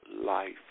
life